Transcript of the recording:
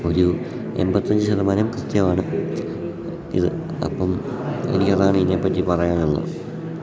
ഒരു എമ്പത്തഞ്ച് ശതമാനം കൃത്യമാണ് ഇത് അപ്പം എനിക്കതാണ് ഇതിനെപ്പറ്റി പറയാനുള്ളത്